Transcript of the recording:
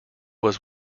was